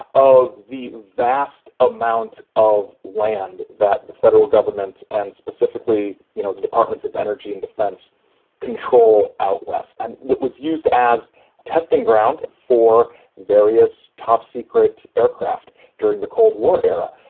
of the vast amount of land that the federal government and specifically, you know, the departments of energy and defense control out west and what was used as a testing ground for various top-secret aircraft during the cold war era.